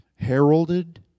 heralded